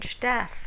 death